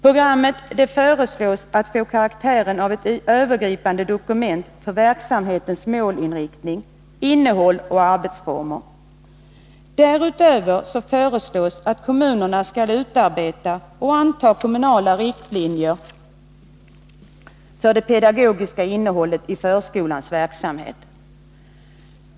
Programmet föreslås få karaktären av ett övergripande dokument för verksamhetens målinriktning, innehåll och arbetsformer. Därutöver föreslås att kommunerna skall utarbeta och anta riktlinjer för det pedagogiska innehållet i förskolans verksamhet.